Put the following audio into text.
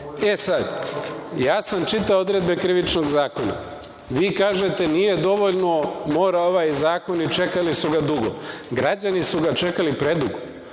sad, ja sam čitao odredbe Krivičnog zakona. Vi kažete da nije dovoljno, mora ovaj zakon i čekali su ga dugo. Građani su ga čekali predugo.